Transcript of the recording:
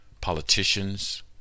politicians